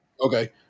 okay